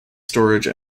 storage